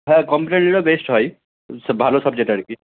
হ্যাঁ কম্পিউটার নিলেও বেস্ট হয় ও সে ভালো সাবজেক্ট আর কি